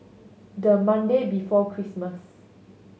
the Monday before Christmas